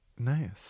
Nice